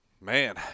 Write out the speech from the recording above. Man